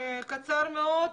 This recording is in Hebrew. קצר מאוד.